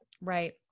Right